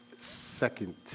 Second